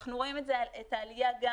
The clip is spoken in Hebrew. אנחנו רואים את העלייה גם